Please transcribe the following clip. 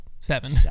Seven